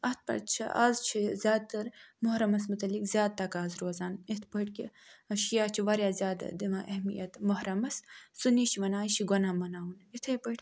اَتھ پٮ۪ٹھ چھِ آز چھ زیادٕ تَر محرَمَس متعلق زیاد تَقاضہٕ روزان یِتھ پٲٹھۍ کہِ شیعہ چھِ واریاہ زیادٕ دِوان اہمیت محرَمَس سُنی چھِ ونان یہِ چھُ گۄناہ مَناوُن یِتھے پٲٹھۍ